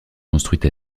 construite